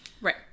Right